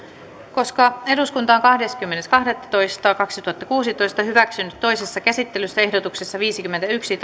koska eduskunta on kahdeskymmenes kahdettatoista kaksituhattakuusitoista hyväksynyt toisessa käsittelyssä ehdotuksessa viisikymmentäyksi